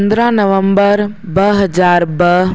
पंद्रहं नवम्बर ॿ हज़ार ॿ